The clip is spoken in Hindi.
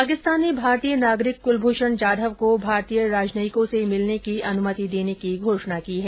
पाकिस्तान ने भारतीय नागरिक कुलभूषण जाधव को भारतीय राजनयिकों से मिलने की अनुमति देने की घोषणा की है